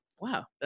wow